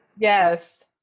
Yes